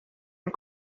and